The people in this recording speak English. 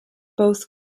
both